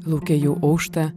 lauke jau aušta